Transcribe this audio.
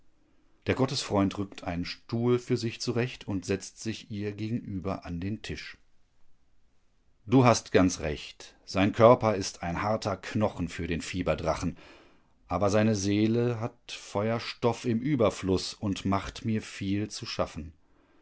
der gottesfreund rückt einen stuhl für sich zurecht und setzt sich ihr gegenüber an den tisch du hast ganz recht sein körper ist ein harter knochen für den fieberdrachen aber seine seele hat feuerstoff im überfluß und macht mir viel zu schaffen